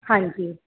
ਹਾਂਜੀ